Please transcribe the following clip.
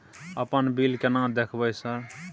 अपन बिल केना देखबय सर?